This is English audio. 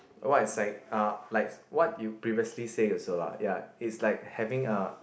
what is like uh like what you previously say also lah ya it's like having a